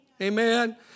Amen